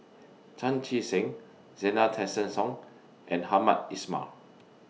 Chan Chee Seng Zena Tessensohn and Hamed Ismail